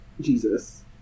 jesus